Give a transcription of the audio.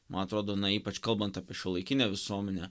man atrodo na ypač kalbant apie šiuolaikinę visuomenę